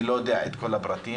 אני לא יודע את כל הפרטים,